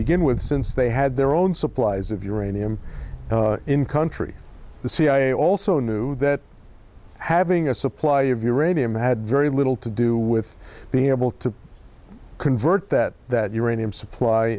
begin with since they had their own supplies of uranium in country the cia also knew that having a supply of uranium had very little to do with being able to convert that that uranium supply